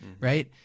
Right